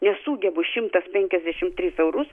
nesugebu šimtas penkiasdešimt tris eurus